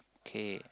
K